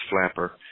Flapper